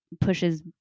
pushes